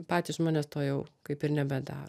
patys žmonės to jau kaip ir nebedaro